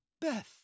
Beth